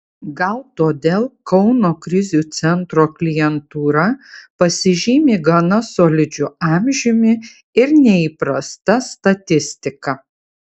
gal todėl kauno krizių centro klientūra pasižymi gana solidžiu amžiumi ir neįprasta statistika